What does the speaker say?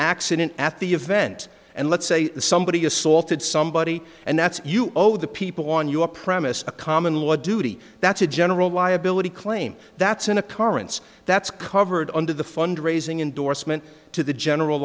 accident at the event and let's say somebody assaulted somebody and that's you know the people on your premise a common law a duty that's a general liability claim that's an occurrence that's covered under the fund raising indorsement to the general